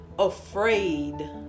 afraid